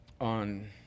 on